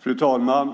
Fru talman!